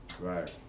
Right